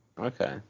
Okay